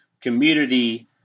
community